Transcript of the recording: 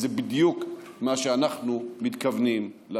זה בדיוק מה שאנחנו מתכוונים לעשות.